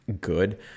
good